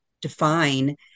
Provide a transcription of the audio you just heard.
define